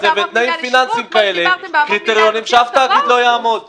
ותנאים פיננסיים כאלה קריטריונים שאף תאגיד לא יעמוד בהם.